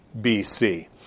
BC